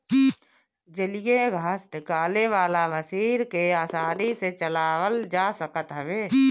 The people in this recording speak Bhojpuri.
जलीय घास निकाले वाला मशीन के आसानी से चलावल जा सकत हवे